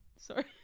Sorry